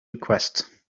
request